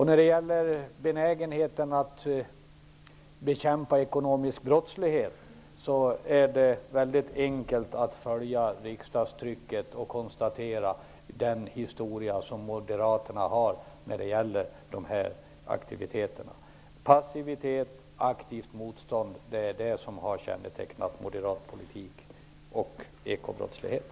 När det gäller regeringens benägenhet att bekämpa ekonomisk brottslighet är det väldigt enkelt att följa riksdagstrycket och konstatera den historia som Moderaterna har beträffande dessa aktiviteter. Passivitet och aktivt motstånd har kännetecknat moderat politik i fråga om ekobrottsligheten.